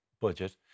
budget